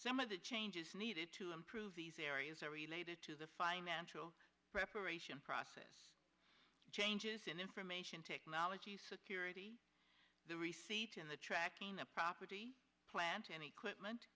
some of the changes needed to improve these areas are related to the financial preparation process changes in information technology security the receipt and the tracking a property plant and equipment